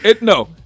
no